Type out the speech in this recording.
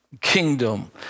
kingdom